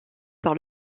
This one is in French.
par